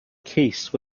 case